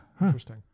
Interesting